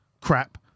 crap